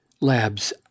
labs